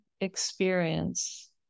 experience